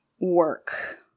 work